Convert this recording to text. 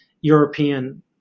European